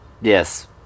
Yes